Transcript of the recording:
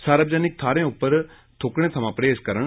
सार्वजनिक थाह्रें उप्पर थुक्कने थमां परहेज करन